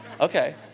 Okay